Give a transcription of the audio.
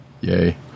Yay